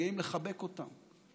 מתגעגעים לחבק אותם.